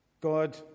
God